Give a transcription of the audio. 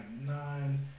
nine